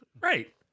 Right